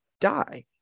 die